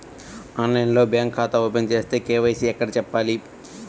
ఆన్లైన్లో బ్యాంకు ఖాతా ఓపెన్ చేస్తే, కే.వై.సి ఎక్కడ చెప్పాలి?